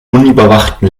unüberwachten